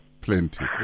plenty